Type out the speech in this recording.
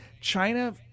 China